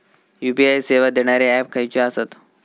UPI सेवा देणारे app खयचे आसत?